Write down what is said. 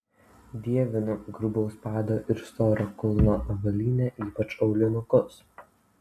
dievinu grubaus pado ir storo kulno avalynę ypač aulinukus